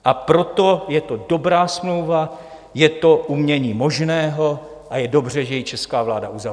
A proto je to dobrá smlouva, je to umění možného a je dobře, že ji česká vláda uzavřela!